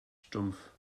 stumpf